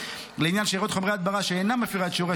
לעניין שאריות חומרי הדברה שאינה מפירה את שיעורי